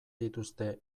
dituzte